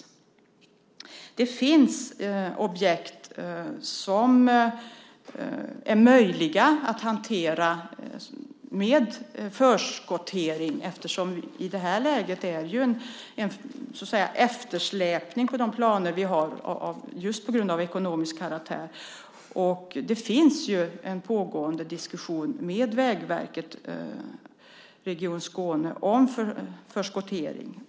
Det finns objekt som är möjliga att hantera med förskottering. I det här läget finns det en eftersläpning på de planer som vi har just på grund av omständigheter av ekonomisk karaktär. Det finns en pågående diskussion med Vägverket Region Skåne om förskottering.